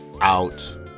out